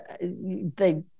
they-